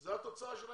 זו התוצאה של העניין.